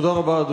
תודה רבה.